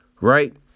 right